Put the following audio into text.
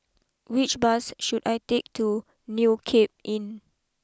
which bus should I take to new Cape Inn